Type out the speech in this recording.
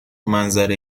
منظره